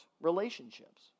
relationships